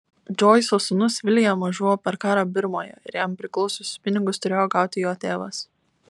džoiso sūnus viljamas žuvo per karą birmoje ir jam priklausiusius pinigus turėjo gauti jo tėvas